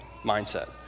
mindset